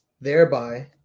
thereby